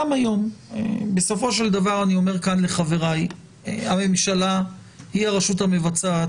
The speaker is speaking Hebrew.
בסופו של דבר הממשלה היא הרשות המבצעת,